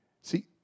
See